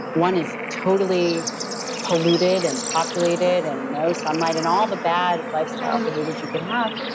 one is totally polluted and populated and no sunlight, and all the bad lifestyle behaviors you could have.